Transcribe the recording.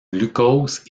glucose